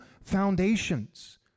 foundations